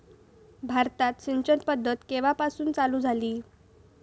भारतात सिंचन पद्धत केवापासून चालू झाली?